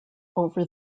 over